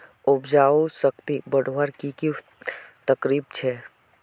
उपजाऊ शक्ति बढ़वार की की तरकीब छे?